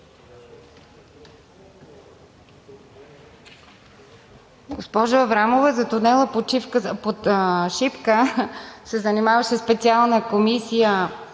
Госпожо Аврамова, за тунела под „Шипка“ се занимаваше специална комисия,